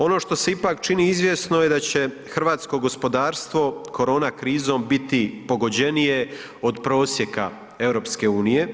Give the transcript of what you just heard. Ono što se ipak čini izvjesno je da će hrvatsko gospodarstvo korona krizom biti pogođenije od prosjeka EU.